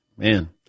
Man